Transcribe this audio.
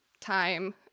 time